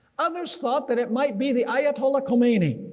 others thought that it might be the ayatollah khomeini,